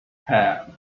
have